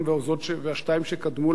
והשתיים שקדמו לה,